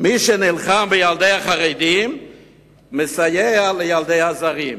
"מי שנלחם בילדים החרדים מסייע לילדי הזרים".